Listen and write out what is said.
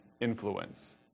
influence